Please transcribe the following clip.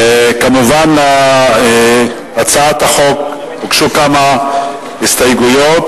כמובן להצעת החוק הוגשו כמה הסתייגויות,